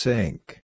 Sink